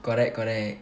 correct correct